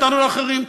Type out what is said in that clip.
נתנו לאחרים.